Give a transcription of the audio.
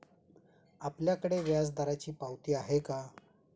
आपल्याकडे व्याजदराची पावती आहे का?